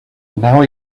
now